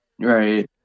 right